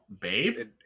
babe